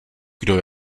kdo